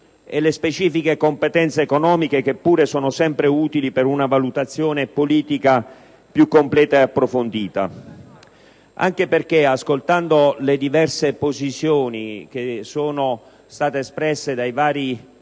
e le specifiche competenze economiche che pure sono sempre utili per una valutazione politica più completa e approfondita. Anche perché, ascoltando le diverse posizioni espresse dai vari Gruppi nei